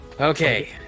Okay